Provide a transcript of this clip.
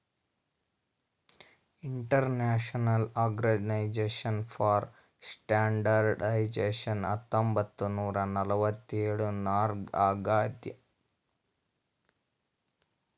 international organization for standardization ಹತ್ತೊಂಬತ್ ನೂರಾ ನಲ್ವತ್ತ್ ಎಳುರ್ನಾಗ್ ಆಗ್ಯಾದ್